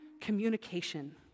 communication